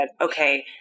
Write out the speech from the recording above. okay